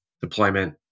deployment